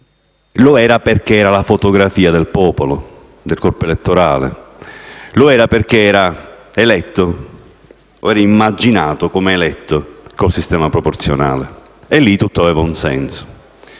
lo era perché era la fotografia del popolo, del corpo elettorale; lo era perché era eletto o immaginato come eletto con il sistema proporzionale e lì tutto aveva un senso: